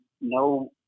no